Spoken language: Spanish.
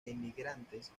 emigrantes